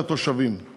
והפעילות שלהם.